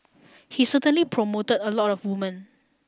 he certainly promoted a lot of women